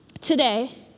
today